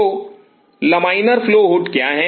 तो laminar flow hood क्या है